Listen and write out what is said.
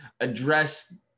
address